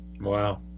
Wow